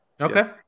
Okay